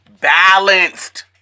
balanced